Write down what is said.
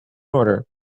order